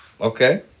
Okay